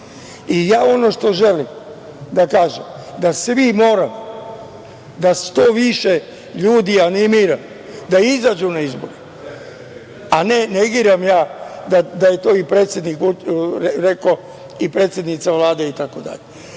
veliki. Ono što želim da kažem je da svi moramo da što više ljudi animiramo da izađu na izbore, a ne negiram ja da je to i predsednik Vučić rekao i predsednica Vlade itd.